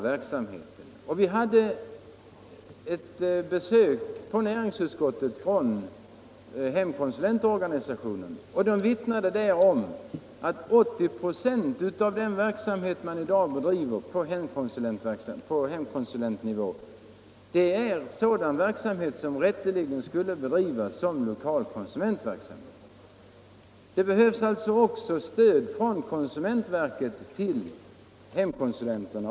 Vi hade i näringsutskottet besök av representanter fö hemkonsulentorganisationen, vilka där vittnade om att 80 96 av den verksamhet som bedrivs på hemkon sulentnivå är sådan verksamhet som rätteligen skulle bedrivas som lokal konsulentverksamhet. Det behövs alltså stöd från konsumentverket till hemkonsulenterna.